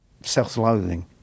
self-loathing